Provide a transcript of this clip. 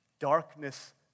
darkness